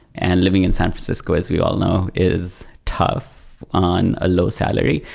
and living in san francisco as we all know is tough on a low salary.